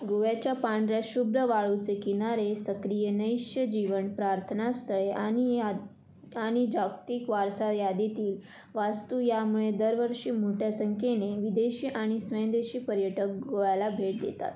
गोव्याच्या पांढऱ्या शुभ्र वाळूचे किनारे सक्रिय नैश्यजीवन प्रार्थनास्थळे आणि या आणि जागतिक वारसा यादीतील वास्तू यामुळे दरवर्षी मोठ्या संख्येने विदेशी आणि स्वयंदेशी पर्यटक गोव्याला भेट देतात